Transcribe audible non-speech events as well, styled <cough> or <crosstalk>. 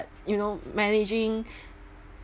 you know managing <breath>